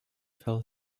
filled